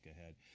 ahead